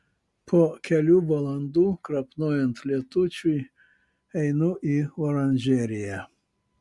po kelių valandų krapnojant lietučiui einu į oranžeriją